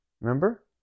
remember